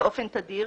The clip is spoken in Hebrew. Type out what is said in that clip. באופן תדיר,